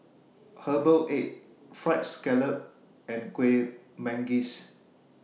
Herbal Egg Fried Scallop and Kueh Manggis